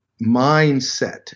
mindset